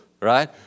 right